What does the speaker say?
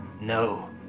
No